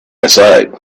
aside